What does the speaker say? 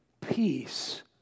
peace